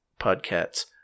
Podcasts